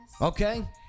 Okay